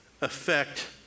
affect